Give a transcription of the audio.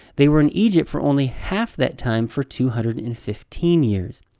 they were in egypt for only half that time, for two hundred and fifteen years.